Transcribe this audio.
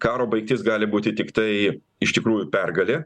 karo baigtis gali būti tiktai iš tikrųjų pergalė